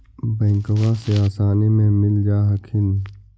बैंकबा से आसानी मे मिल जा हखिन?